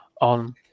on